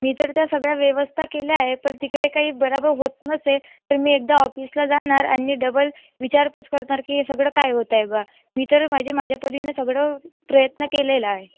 मी तर त्या सगळ्या व्यवस्था केल्या आहे पण तिकडे काही बरोबर होत नसेल तर मी एकदा ऑफिसला जाणार आणि डबल विचारपूस करणार की हे सगळं काय होत आहे बा मी तर माझी माझ्यापरीने सगळं प्रयत्न केलेला आहे